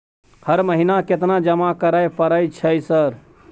हर महीना केतना जमा करे परय छै सर?